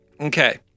Okay